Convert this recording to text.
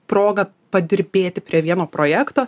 progą padirbėti prie vieno projekto